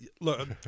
Look